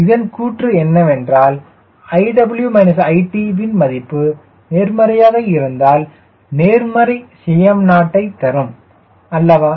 இதன் கூற்று என்னவென்றால் iw it வின் மதிப்பு நேர்மறையாக இருந்தால் நேர்மறை Cm0 யை தரும் அல்லவா